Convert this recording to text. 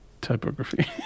typography